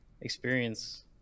experience